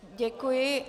Děkuji.